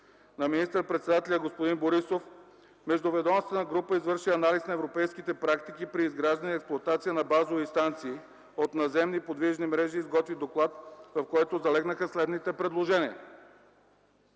на министър-председателя господин Борисов междуведомствена група извърши анализ на европейските практики при изграждане и експлоатация на базови станции от надземни подвижни мрежи и изготви доклад, в който залегнаха следните предложения.